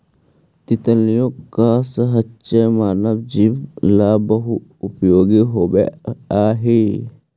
तितलियों का साहचर्य मानव जीवन ला बहुत उपयोगी होवअ हई